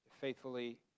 Faithfully